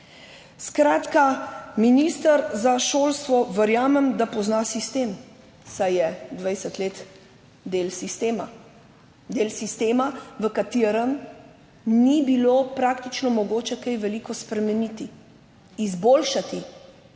Skratka, minister za šolstvo verjamem, da pozna sistem, saj je 20 let del sistema, del sistema, v katerem ni bilo praktično mogoče kaj veliko spremeniti, izboljšati.